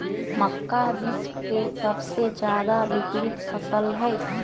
मक्का विश्व के सबसे ज्यादा वितरित फसल हई